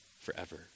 forever